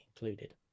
included